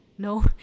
No